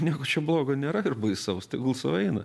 nieko čia bloga nėra ir baisaus tegul sau eina